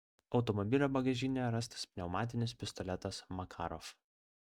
automobilio bagažinėje rastas pneumatinis pistoletas makarov